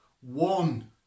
one